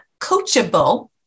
coachable